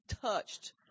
touched